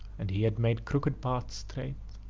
and he had made crooked paths straight.